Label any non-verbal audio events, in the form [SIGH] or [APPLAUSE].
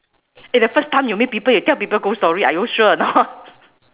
eh the first time you meet people you tell people ghost story are you sure or [LAUGHS] not